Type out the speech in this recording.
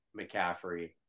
McCaffrey